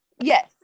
yes